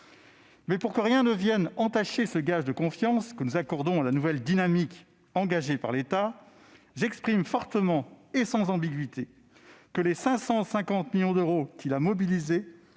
Mais, pour que rien ne vienne entacher ce gage de confiance que nous accordons à la nouvelle dynamique engagée par l'État, je demande avec force et sans ambiguïté que les 550 millions d'euros qu'il a mobilisés